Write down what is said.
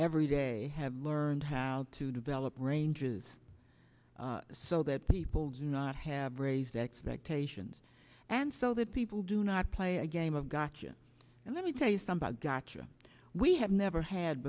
every day have learned how to develop ranges so that people do not have raised expectations and so that people do not play a game of gotcha and let me tell you some bad gotcha we have never had